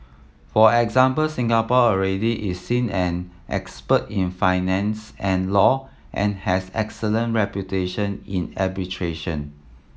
for example Singapore already is seen an expert in finance and law and has excellent reputation in arbitration